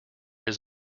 his